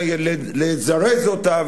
ולזרז אותה,